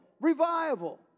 Revival